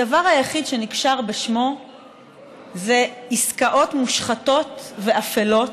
הדבר היחיד שנקשר בשמו זה עסקאות מושחתות ואפלות,